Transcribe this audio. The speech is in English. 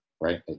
right